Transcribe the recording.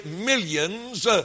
millions